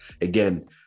again